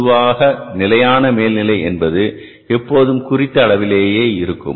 பொதுவாக நிலையான மேல்நிலை என்பது எப்போதும் குறித்த அளவிலேயே இருக்கும்